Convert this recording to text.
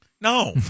No